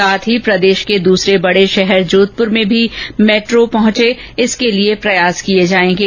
साथ ही प्रदेश के दूसरे बड़े शहर जोधपुर में भी मेट्रो आये इसके लिए प्रयास किये जायेंगे